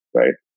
right